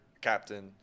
captain